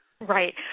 Right